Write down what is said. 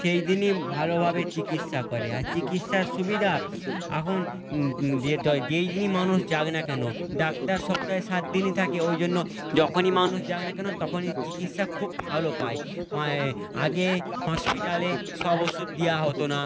সেই দিনই ভালোভাবে চিকিৎসা করে আর চিকিৎসার সুবিধা এখন যেই দিনই মানুষ যাক না কেন ডাক্তার সপ্তাহে সাত দিনই থাকে ওই জন্য যখনই মানুষ যায় না কেন তখনই চিকিৎসা খুব ভালো পায় মায়ে আগে হসপিটালে সব ওষুধ দেওয়া হতো না